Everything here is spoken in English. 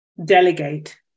delegate